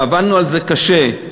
עבדנו על זה קשה,